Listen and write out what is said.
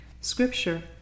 Scripture